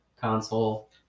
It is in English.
console